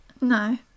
No